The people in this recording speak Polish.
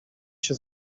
się